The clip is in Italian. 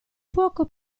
fuoco